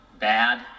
bad